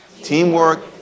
Teamwork